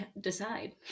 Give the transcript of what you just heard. decide